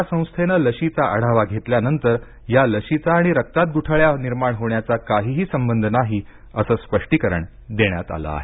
या संस्थेनं लशीचा आढावा घेतल्यानंतर या लशीचा आणि रक्तात गुठळ्या निर्माण होण्याचा काहीही संबंध नाही असं स्पष्टीकरण देण्यात आलं आहे